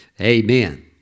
Amen